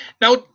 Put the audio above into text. now